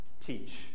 Teach